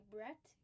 Brett